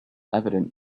evident